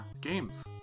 games